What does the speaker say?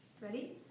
ready